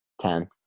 Ten